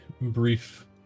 brief